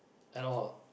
at all